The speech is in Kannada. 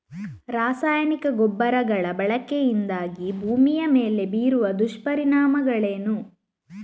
ರಾಸಾಯನಿಕ ಗೊಬ್ಬರಗಳ ಬಳಕೆಯಿಂದಾಗಿ ಭೂಮಿಯ ಮೇಲೆ ಬೀರುವ ದುಷ್ಪರಿಣಾಮಗಳೇನು?